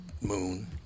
Moon